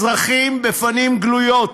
אזרחים, בפנים גלויות,